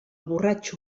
borratxo